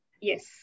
Yes